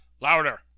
Louder